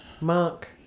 Mark